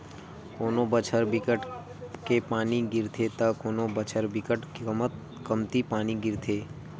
कोनो बछर बिकट के पानी गिरथे त कोनो बछर बिकट कमती पानी गिरथे